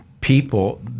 people